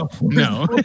No